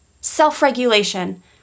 self-regulation